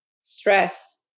stress